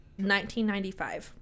1995